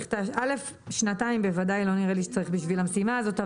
בוודאי לא נראה לי שצריך שנתיים בשביל המשימה הזאת.